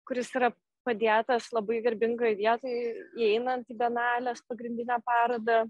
kuris yra padėtas labai garbingoj vietoj įeinant į bienalės pagrindinę parodą